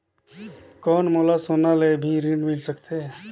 कौन मोला सोना ले भी ऋण मिल सकथे?